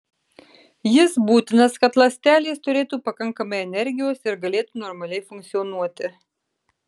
jis būtinas kad ląstelės turėtų pakankamai energijos ir galėtų normaliai funkcionuoti